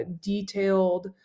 detailed